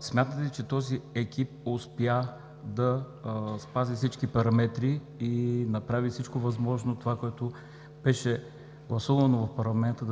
смятате ли, че този екип успя да спази всички параметри и направи всичко възможно да се спази това, което беше гласувано в парламента?